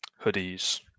hoodies